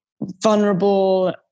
vulnerable